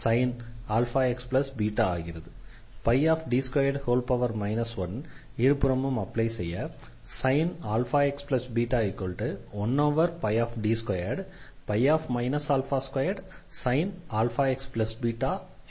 D2 1 இருபுறமும் apply செய்ய sin αxβ 1ϕ 2sin αxβ கிடைக்கிறது